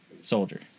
soldier